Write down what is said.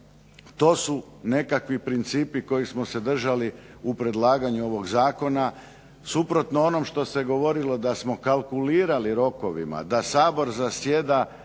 To su nekakvi principi kojih smo se držali u predlaganju ovog zakona, suprotno onom što se govorilo da smo kalkulirali rokovima, da Sabor zasjeda